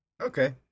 Okay